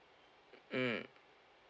mm